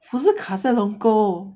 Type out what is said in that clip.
不是卡在龙沟